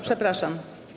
Przepraszam.